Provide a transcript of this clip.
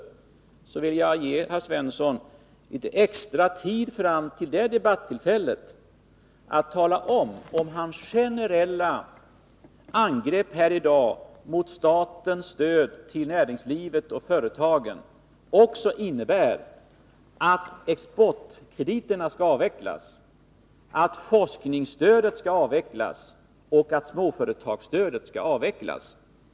Jag vill därför ge herr Svensson litet extra tid fram till det debattillfället för att tala om ifall hans generella angrepp häri dag mot statens stöd till näringslivet och företagen också innebär att exportkrediterna skall avvecklas, att forskningsstödet skall avvecklas och att småföretagsstödet skall avvecklas.